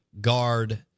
guard